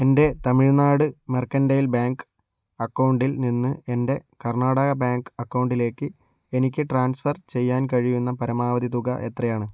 എൻ്റെ Tamil Nadu mercantile bank അക്കൗണ്ടിൽ നിന്ന് എൻ്റെ കർണ്ണാടക ബാങ്ക് അക്കൗണ്ടിലേക്ക് എനിക്ക് ട്രാൻസ്ഫർ ചെയ്യാൻ കഴിയുന്ന പരമാവധി തുക എത്രയാണ്